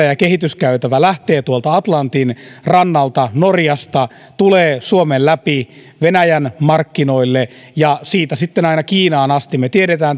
ja kehityskäytävä lähtee tuolta atlantin rannalta norjasta tulee suomen läpi venäjän markkinoille ja sieltä sitten aina kiinaan asti me tiedämme